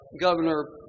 Governor